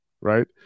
right